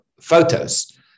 photos